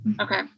Okay